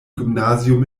gymnasium